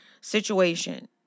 situation